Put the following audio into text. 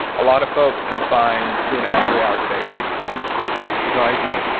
a lot of folks can find two and a half, three hours a day pretty easily no, i agree.